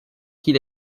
qu’il